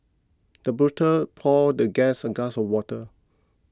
the butler poured the guest a glass of water